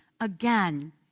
again